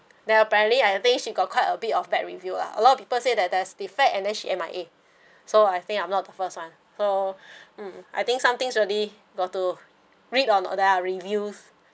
now apparently I think she got quite a bit of bad review lah a lot of people say that there's defect and then she M_I_A so I think I'm not the first one so mm I think somethings really got to read on on their reviews